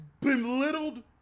belittled